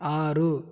ఆరు